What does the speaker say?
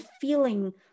feeling